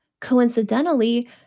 Coincidentally